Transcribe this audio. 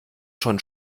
schon